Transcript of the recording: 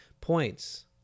points